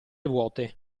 vuote